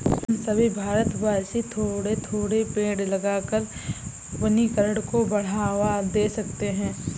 हम सभी भारतवासी थोड़े थोड़े पेड़ लगाकर वनीकरण को बढ़ावा दे सकते हैं